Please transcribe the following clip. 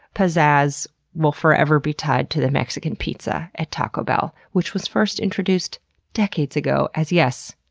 pizzazz will forever be tied to the mexican pizza at taco bell, which was first introduced decades ago as yes,